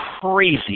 crazy